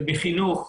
ובחינוך,